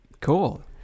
Cool